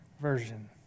version